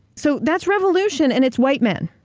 so that's revolution, and it's white men.